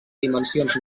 dimensions